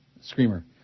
screamer